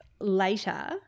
later